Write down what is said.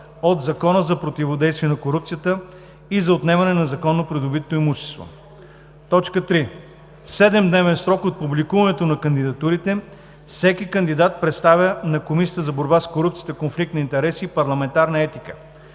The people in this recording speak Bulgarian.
от Закона за противодействие на корупцията и за отнемане на незаконно придобитото имущество; 3. В 7-дневен срок от публикуването на кандидатурите всеки кандидат представя на Комисията за борба с корупцията, конфликт на интереси и парламентарна етика: